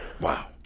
Wow